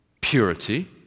purity